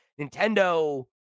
nintendo